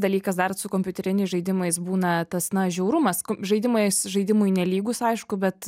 dalykas dar su kompiuteriniais žaidimais būna tas na žiaurumas žaidimai su žaidimui nelygus aišku bet